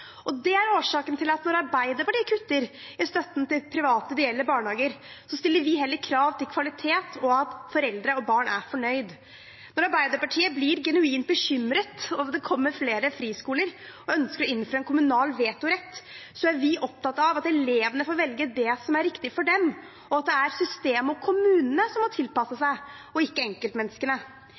Det er årsaken til at når Arbeiderpartiet kutter i støtten til private ideelle barnehager, stiller vi heller krav til kvalitet, slik at foreldre og barn er fornøyd. Når Arbeiderpartiet blir genuint bekymret over at det kommer friskoler, og ønsker å innføre en kommunal vetorett, er vi opptatt av at elevene får velge det som er riktig for dem, og at det er systemet og kommunene som må tilpasse seg, ikke enkeltmenneskene.